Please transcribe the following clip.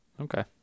Okay